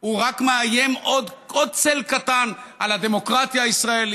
הוא רק מאיים, עוד צל קטן על הדמוקרטיה הישראלית.